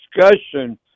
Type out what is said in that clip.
discussion